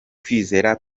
kwizera